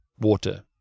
water